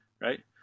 right